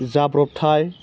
जाब्रबथाय